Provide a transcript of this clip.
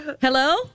Hello